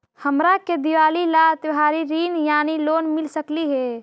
हमरा के दिवाली ला त्योहारी ऋण यानी लोन मिल सकली हे?